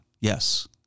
Yes